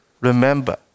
remember